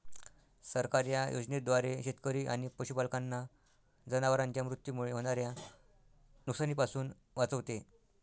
सरकार या योजनेद्वारे शेतकरी आणि पशुपालकांना जनावरांच्या मृत्यूमुळे होणाऱ्या नुकसानीपासून वाचवते